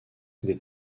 des